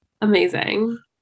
Amazing